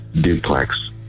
duplex